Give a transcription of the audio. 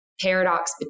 paradox